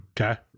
Okay